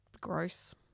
gross